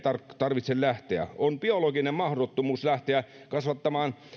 tarvitse lähteä on biologinen mahdottomuus lähteä kasvattamaan